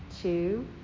two